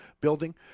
building